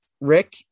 Rick